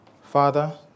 Father